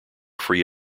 free